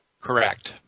correct